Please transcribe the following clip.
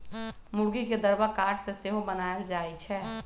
मूर्गी के दरबा काठ से सेहो बनाएल जाए छै